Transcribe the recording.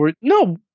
No